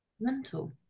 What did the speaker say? mental